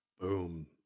Boom